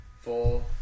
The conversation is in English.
four